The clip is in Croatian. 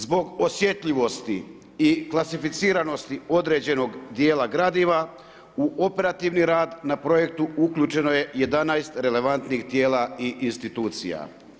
Zbog osjetljivosti i klasificiranosti određenog djela Gradova u operativni rad na projektu uključeno je 11 relevantnih tijela i institucija.